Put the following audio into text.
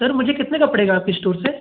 sir मुझे कितने का पड़ेगा आपकी इस्टोर से